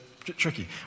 tricky